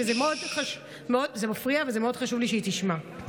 ומאוד חשוב לי שהיא תשמע.